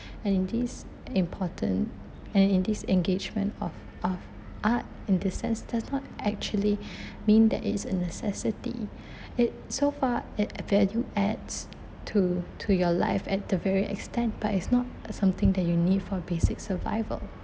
and in this important and in this engagement of of art in the sense does not actually mean that it's a necessity it so far it value adds to to your life at the very extent but it's not something that you need for basic survival